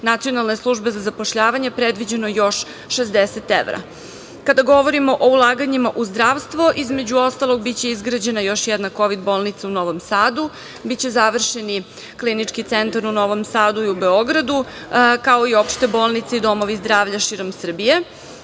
Nacionalne službe za zapošljavanje predviđeno još 60 evra. Kada gotovimo o ulaganjima u zdravstvu, između ostalog, biće izgrađena još jedna kovid bolnica u Novom Sadu. Biće završeni klinički centar u Novom Sadu i u Beogradu, kao i uopšte bolnice i domovi zdravlja širom Srbije.